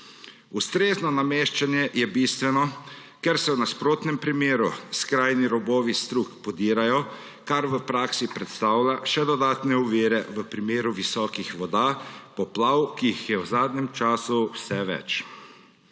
Ustrezno nameščanje je bistveno, ker se v nasprotnem primeru skrajni robovi strug podirajo, kar v praksi predstavlja še dodatne ovire v primeru visokih voda, poplav, ki jih je v zadnjem času vse več.